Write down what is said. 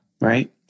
Right